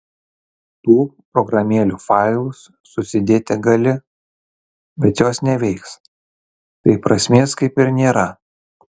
tų programėlių failus susidėti gali bet jos neveiks tai prasmės kaip ir nėra